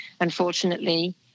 unfortunately